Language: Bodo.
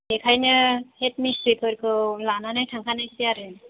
बेखायो हेड मिस्ट्रिफोरखौ लानानै थांखानोसै आरो